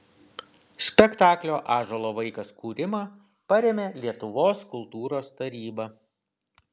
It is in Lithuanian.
spektaklio ąžuolo vaikas kūrimą parėmė lietuvos kultūros taryba